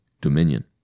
dominion